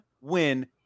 win